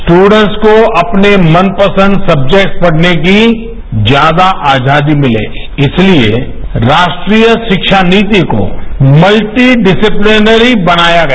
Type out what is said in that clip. students को अपने मनपसंद सब्जेक्ट पढ़ने की ज्यादा आजादी मिले इसलिए राष्ट्रीय शिव्वा नीति को मल्टी डिसीप्लेनरी बनाया गया